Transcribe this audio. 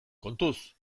kontuz